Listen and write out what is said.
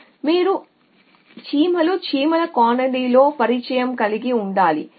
కాబట్టి మీరు చీమలు చీమల కాలనీతో పరిచయం కలిగి ఉండాలి